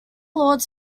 lords